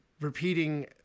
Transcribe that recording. repeating